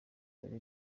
dore